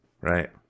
right